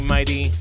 Mighty